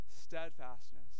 steadfastness